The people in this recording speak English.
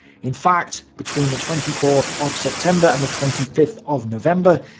in fact, between the twenty fourth of september and the twenty fifth of november,